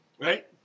right